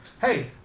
hey